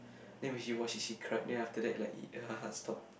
then when she watch she she cried then after that like her heart stop